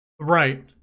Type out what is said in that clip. right